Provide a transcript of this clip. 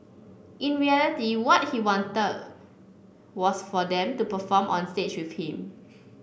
in reality what he wanted was for them to perform on stage with him